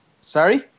Sorry